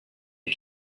you